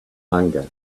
hunger